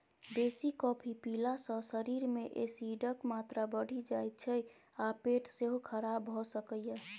बेसी कॉफी पीला सँ शरीर मे एसिडक मात्रा बढ़ि जाइ छै आ पेट सेहो खराब भ सकैए